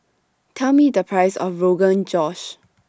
Tell Me The Price of Rogan Josh